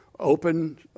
open